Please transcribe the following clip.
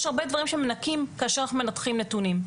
יש הרבה דברים שמנקים כאשר אנחנו מנתחים נתונים,